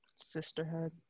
sisterhood